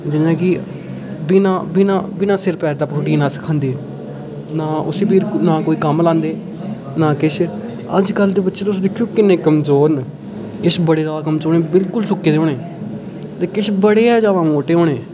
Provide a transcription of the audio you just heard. जि'यां कि बिना बिना बिना सिर पैर दा प्रोटीन अस खंदे उसी नां भी कोई कम्म लांदे ना किश अजकल दे बच्चे तुस दिक्खेओ किन्ने कमज़ोर न किश बड़े जैदा कमजोर बिलकुल सुक्के दे होने ते किश बड़े गै जैदा मोट्टे होने